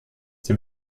dem